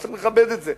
וצריך לכבד את זה.